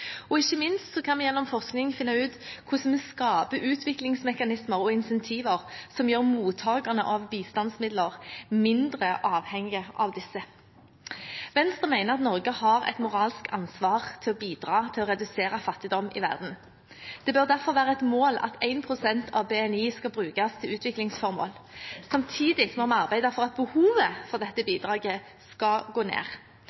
og ikke minst kan vi gjennom forskning finne ut hvordan vi skaper utviklingsmekanismer og incentiver som gjør mottakerne av bistandsmidler mindre avhengige av disse. Venstre mener at Norge har et moralsk ansvar for å bidra til å redusere fattigdom i verden. Det bør derfor være et mål at 1 pst. av BNI skal brukes til utviklingsformål. Samtidig må vi arbeide for at behovet for dette bidraget skal gå ned.